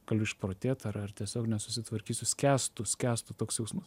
galiu išprotėt ar ar tiesiog nesusitvarkysiu skęstu skęstu toks jausmas